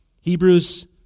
Hebrews